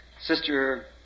Sister